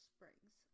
Springs